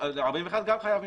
אז 41 גם חייב מבחן.